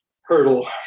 hurdle